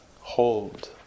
hold